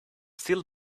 still